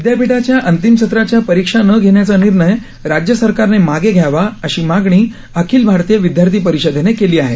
विदयापीठांच्या अंतिम सत्राच्या परीक्षा न घेण्याचा निर्णय राज्य सरकारने मागे घ्यावा अशी मागणी अखिल भारतीय विद्यार्थी परिषदेने केली आहे